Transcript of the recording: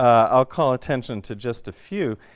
um i'll call attention to just a few.